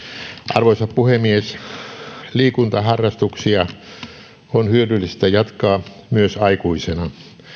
arvoisa puhemies liikuntaharrastuksia on hyödyllistä jatkaa myös aikuisena